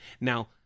Now